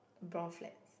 brown flats